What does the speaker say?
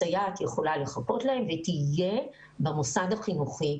הסייעת יכולה לחכות להם והיא תהיה במוסד החינוכי.